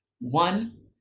One